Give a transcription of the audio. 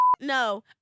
No